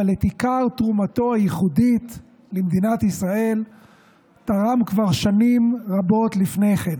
אבל את עיקר תרומתו הייחודית למדינת ישראל תרם כבר שנים רבות לפני כן.